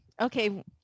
okay